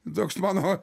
toks mano